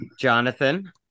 Jonathan